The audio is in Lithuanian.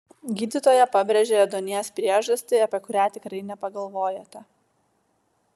gydytoja pabrėžė ėduonies priežastį apie kurią tikrai nepagalvojote